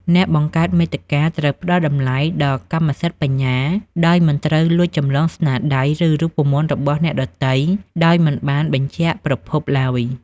អ្នកបង្កើតមាតិកាត្រូវផ្តល់តម្លៃដល់កម្មសិទ្ធិបញ្ញា ដោយមិនត្រូវលួចចម្លងស្នាដៃ ឬរូបមន្តរបស់អ្នកដទៃដោយមិនបានបញ្ជាក់ប្រភពឡើយ។